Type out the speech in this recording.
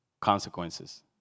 consequences